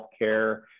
healthcare